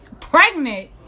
pregnant